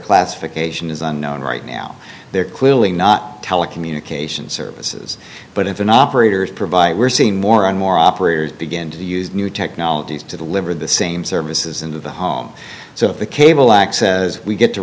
classification is unknown right now they're clearly not telecommunications services but if an operators provide we're seeing more and more operators begin to use new technologies to deliver the same services into the home so the cable access